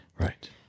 Right